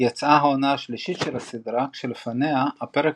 יצאה העונה השלישית של הסדרה כשלפניה הפרק